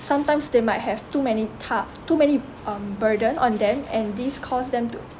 sometimes they might have too many ta~ too many um burden on them and this caused them to